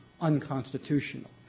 unconstitutional